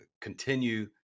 continue